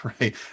right